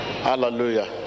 hallelujah